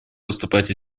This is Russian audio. выступать